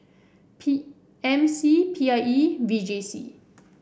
P M C P I E V J C